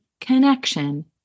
connection